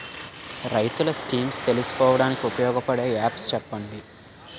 రైతులు స్కీమ్స్ తెలుసుకోవడానికి ఉపయోగపడే యాప్స్ చెప్పండి?